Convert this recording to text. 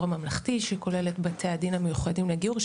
הממלכתי שכולל את בתי הדין המיוחדים לגיור,